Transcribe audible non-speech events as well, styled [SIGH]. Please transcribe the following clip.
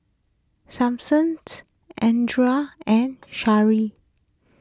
Samson [NOISE] andria and Charle